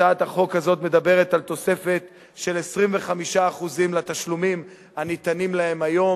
הצעת החוק הזאת מדברת על תוספת של 25% לתשלומים הניתנים להם היום.